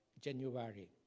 January